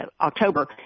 October